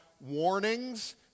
warnings